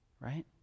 right